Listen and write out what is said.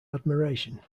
admiration